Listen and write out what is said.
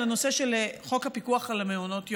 על הנושא של חוק הפיקוח על מעונות היום.